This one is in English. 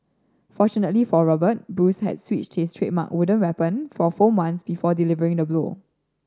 fortunately for Robert Bruce had switched his trademark wooden weapon for foam ones before delivering the blow